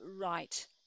right